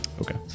Okay